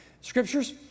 scriptures